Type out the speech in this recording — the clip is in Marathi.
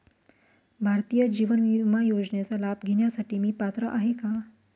भारतीय जीवन विमा योजनेचा लाभ घेण्यासाठी मी पात्र आहे का?